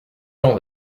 temps